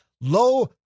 low